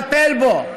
והוא מטפל בו,